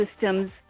systems